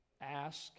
ask